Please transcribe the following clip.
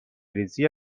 ریزی